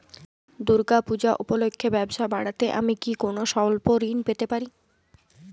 দূর্গা পূজা উপলক্ষে ব্যবসা বাড়াতে আমি কি কোনো স্বল্প ঋণ পেতে পারি?